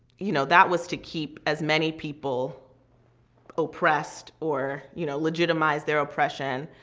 you know that was to keep as many people oppressed or you know legitimize their oppression